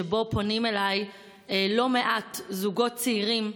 שבהם פונים אליי לא מעט זוגות צעירים,